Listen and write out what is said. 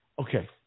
Okay